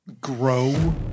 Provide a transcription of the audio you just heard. grow